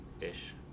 ish